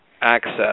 access